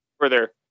further